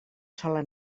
sola